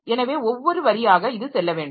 எனவே ஒவ்வொரு வரியாக இது செல்ல வேண்டும்